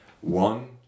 one